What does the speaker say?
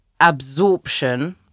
absorption